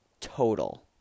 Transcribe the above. total